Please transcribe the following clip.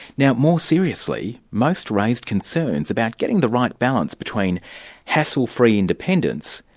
now more seriously, most raised concerns about getting the right balance between hassle-free independence,